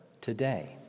today